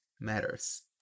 matters